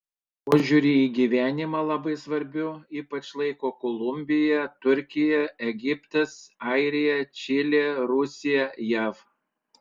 požiūrį į gyvenimą labai svarbiu ypač laiko kolumbija turkija egiptas airija čilė rusija jav